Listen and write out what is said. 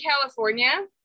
California